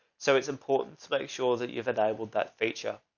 so it's important to make sure that you've enabled that feature.